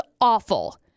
awful